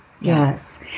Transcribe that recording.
Yes